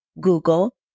Google